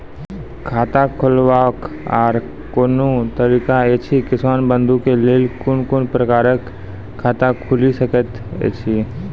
खाता खोलवाक आर कूनू तरीका ऐछि, किसान बंधु के लेल कून कून प्रकारक खाता खूलि सकैत ऐछि?